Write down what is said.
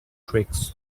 tricks